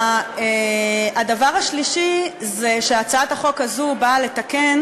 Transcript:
הדבר השלישי שהצעת החוק הזאת באה לתקן,